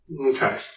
Okay